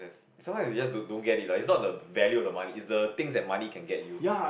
sometimes they just don't don't get it ah it's not the value of the money it's the things that money can get you